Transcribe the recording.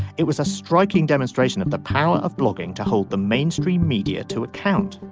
it was a striking demonstration of the power of blogging to hold the mainstream media to account.